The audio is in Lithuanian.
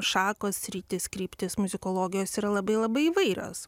šakos sritys kryptys muzikologijos yra labai labai įvairios